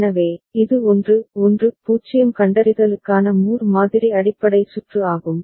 எனவே இது 1 1 0 கண்டறிதலுக்கான மூர் மாதிரி அடிப்படை சுற்று ஆகும்